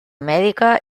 mèdica